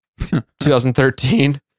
2013